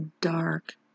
dark